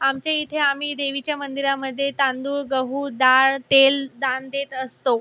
आमच्या इथे आम्ही देवीच्या मंदिरामध्ये तांदूळ गहू डाळ तेल दान देत असतो